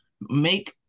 make